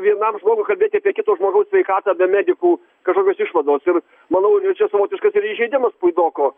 vienam žmogui kalbėti apie kito žmogaus sveikatą be medikų kažkokios išvados ir manau jau čia savotiškas ir įžeidimas puidoko